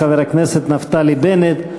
חבר הכנסת נפתלי בנט,